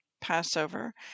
Passover